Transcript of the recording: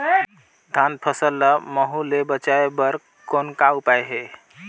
धान फसल ल महू ले बचाय बर कौन का उपाय हे?